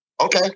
okay